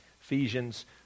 Ephesians